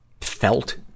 felt